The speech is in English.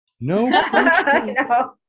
no